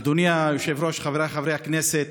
אדוני היושב-ראש, חבריי חברי הכנסת,